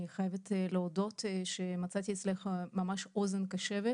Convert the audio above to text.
אני חייבת להודות שאני מצאתי אצלך ממש אוזן קשבת,